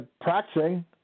practicing